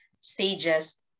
stages